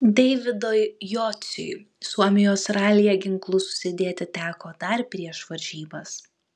deividui jociui suomijos ralyje ginklus susidėti teko dar prieš varžybas